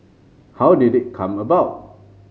how did it come about